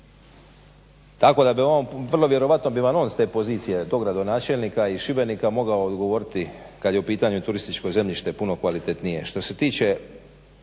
Tako da bi vrlo vjerojatno bi vam on s te pozicije tog gradonačelnika iz Šibenika mogao odgovoriti kad je u pitanju turističko zemljište puno kvalitetnije. Što se tiče